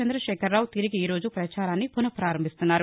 చంద్రశేఖర రావు తిరిగి ఈ రోజు పచారాన్ని పునః ప్రారంభిస్తున్నారు